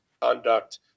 conduct